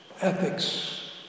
ethics